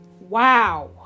Wow